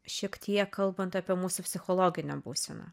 šiek tiek kalbant apie mūsų psichologinę būseną